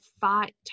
fight